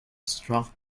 struck